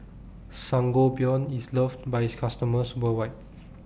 Sangobion IS loved By its customers worldwide